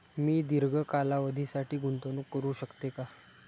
मी दीर्घ कालावधीसाठी गुंतवणूक करू शकते का?